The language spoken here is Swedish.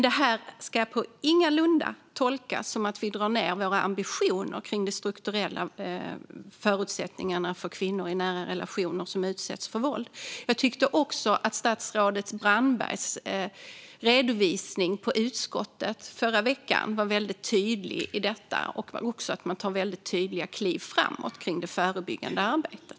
Det ska dock ingalunda tolkas som att vi drar ned på ambitionerna vad gäller de strukturella förutsättningarna för kvinnor som utsätts för våld i nära relationer. Statsrådet Brandberg var i sin redovisning på utskottet i förra veckan tydlig med detta och att man tar tydliga kliv framåt i det förebyggande arbetet.